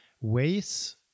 ways